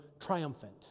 triumphant